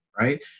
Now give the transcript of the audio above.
right